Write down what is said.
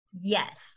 yes